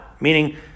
meaning